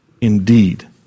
indeed